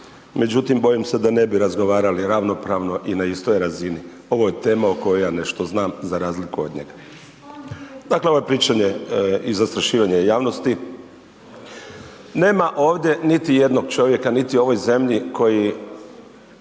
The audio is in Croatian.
međutim bojim se da ne bi razgovaralo ravnopravno i na istoj razini. Ovo je tema o kojoj ja nešto znam za razliku od njega. Dakle, ovo je pričanje i zastrašivanje javnosti, nema ovdje niti jednog čovjeka niti u ovoj zemlji koji